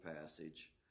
passage